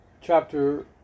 chapter